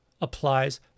applies